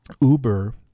Uber